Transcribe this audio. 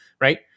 right